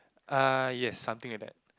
err yes something like that